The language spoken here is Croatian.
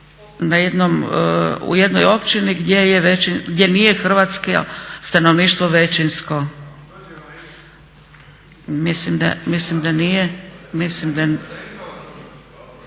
u jednoj općini gdje nije hrvatsko stanovništvo većinsko. … /Upadica